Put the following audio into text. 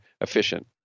efficient